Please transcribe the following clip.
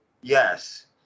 yes